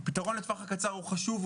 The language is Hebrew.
פתרון לטווח הקצר הוא חשוב,